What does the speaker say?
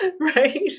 right